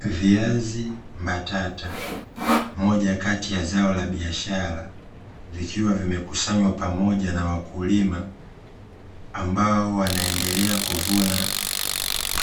Viazi mbatata, moja kati ya zao la biashara vikiwa vimekusanywa pamoja na wakulima ambao wanaendelea kuvuna